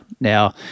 Now